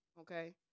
Okay